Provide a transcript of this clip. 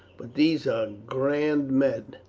but these are grand men!